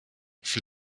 für